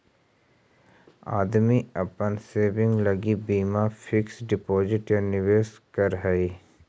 आदमी अपन सेविंग लगी बीमा फिक्स डिपाजिट या निवेश करऽ हई